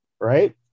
right